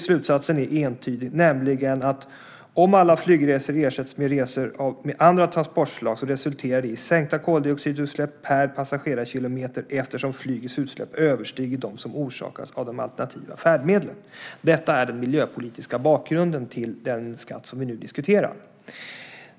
Slutsatsen där är entydig, nämligen att om alla flygresor ersätts med resor med andra transportslag resulterar det i sänkta koldioxidutsläpp per passagerarkilometer eftersom flygets utsläpp överstiger dem som orsakas av de alternativa färdmedlen. Detta är den miljöpolitiska bakgrunden till den skatt som vi nu diskuterar.